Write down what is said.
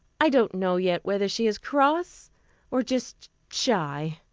i don't know yet whether she is cross or just shy.